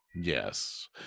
Yes